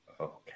Okay